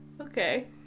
Okay